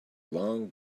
long